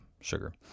sugar